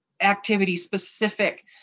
activity-specific